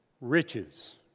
riches